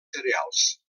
cereals